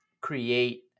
create